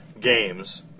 games